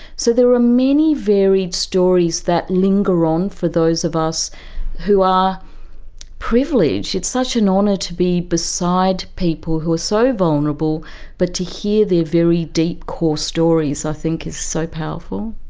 so there are many varied stories that linger on for those of us who are privileged, it's such an honour to be beside people who are so vulnerable but to hear their very deep core stories i think is so powerful.